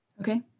Okay